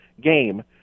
game